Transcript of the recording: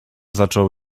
zaczął